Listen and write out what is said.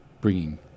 bringing